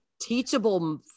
teachable